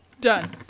Done